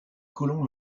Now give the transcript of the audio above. colons